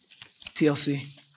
TLC